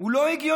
היא לא הגיונית.